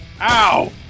Ow